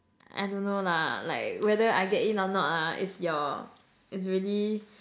I don't know lah like whether I get in or not ah is your is really